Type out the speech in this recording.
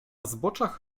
zboczach